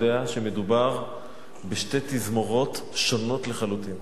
שמדובר בשתי תזמורות שונות לחלוטין.